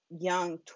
young